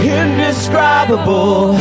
indescribable